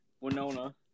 Winona